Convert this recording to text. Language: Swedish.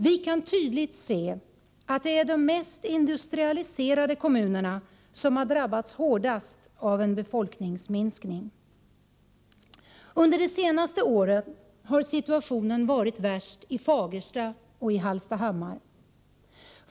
Vi kan tydligt se att det är de mest industrialiserade kommunerna som har drabbats hårdast av en befolkningsminskning. Under de senaste åren har situationen varit värst i Fagersta och Hallstahammar.